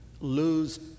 lose